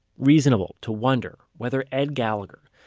reasonable to wonder whether ed gallagher,